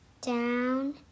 Down